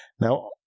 Now